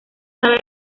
sabe